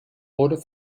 wurde